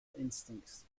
instincts